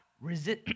resist